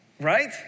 Right